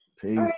Peace